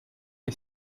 est